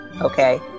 okay